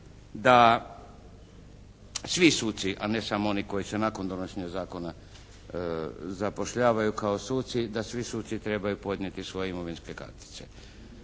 da svi suci, a ne samo oni koji se nakon donošenja zakona zapošljavaju kao suci, da svi suci trebaju podnijeti svoje imovinske kartice.